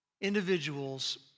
individuals